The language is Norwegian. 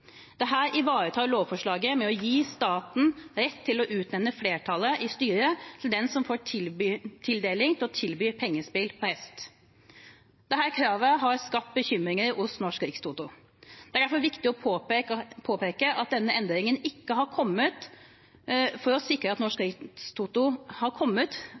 ivaretar lovforslaget ved å gi staten rett til å utnevne flertallet i styret til den som har tillatelse til å tilby pengespill på hest. Dette kravet har skapt bekymringer hos Norsk Rikstoto. Det er viktig å påpeke at denne endringen er kommet for å sikre at Norsk